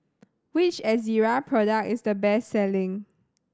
which Ezerra product is the best selling